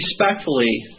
respectfully